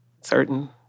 certain